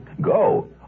Go